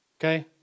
Okay